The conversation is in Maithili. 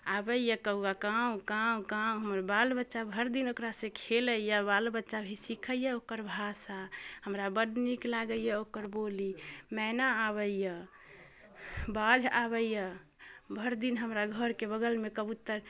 आबैए कौआ काउँ काउँ काउँ हमर बाल बच्चा भरिदिन ओकरासँ खेलैए बालो बच्चा भी सिखैए ओकर भाषा हमरा बड्ड नीक लागैए ओकर बोली मैना आबैए बाज आबैए भरिदिन हमरा घरके बगलमे कबूतर